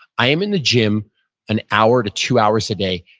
i am in the gym an hour to two hours a day,